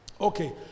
Okay